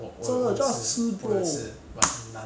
所以他们 just 出这个 package instead